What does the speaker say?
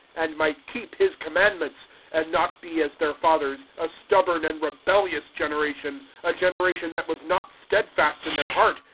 and might keep his commandments and not be as their fathers, a stubborn and rebeluous generation a generation that was not steadfast in their heart.